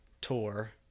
tour